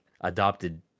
adopted